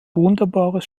wunderbares